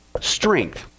strength